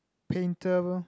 painter